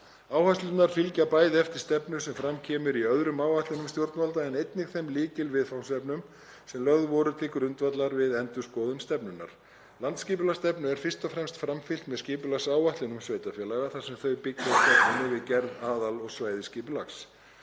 Áherslurnar fylgja bæði eftir stefnu sem fram kemur í öðrum áætlunum stjórnvalda en einnig þeim lykilviðfangsefnum sem lögð voru til grundvallar við endurskoðun stefnunnar. Landsskipulagsstefnu er fyrst og fremst framfylgt með skipulagsáætlunum sveitarfélaga þar sem þau byggja á stefnunni við gerð aðal- og svæðisskipulags.